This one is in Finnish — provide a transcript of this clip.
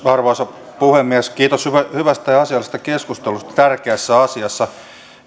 arvoisa puhemies kiitos hyvästä ja asiallisesta keskustelusta tärkeässä asiassa